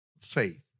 faith